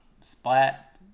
splat